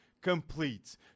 complete